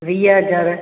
वीह हज़ार